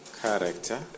Character